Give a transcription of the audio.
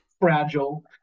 fragile